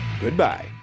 Goodbye